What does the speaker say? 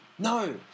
No